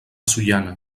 sollana